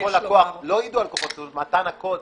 יש לומר.